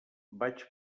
vaig